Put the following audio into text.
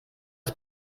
wir